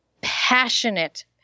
passionate